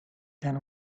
then